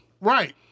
Right